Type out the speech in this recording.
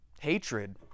hatred